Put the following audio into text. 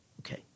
okay